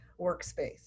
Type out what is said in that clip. workspace